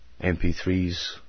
mp3s